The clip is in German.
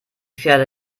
pferde